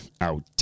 out